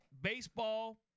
baseball